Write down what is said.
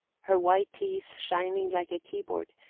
her white teeth shining like a keyboard,